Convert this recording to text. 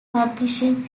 publishing